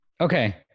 Okay